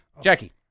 Jackie